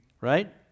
right